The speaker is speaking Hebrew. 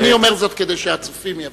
אני אומר זאת כדי שהצופים יבינו.